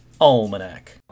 Almanac